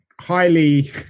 highly